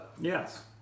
Yes